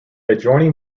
adjoining